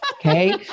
Okay